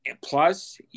plus